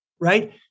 right